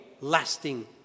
lasting